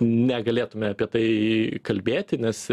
negalėtume apie tai kalbėti nes